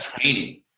Training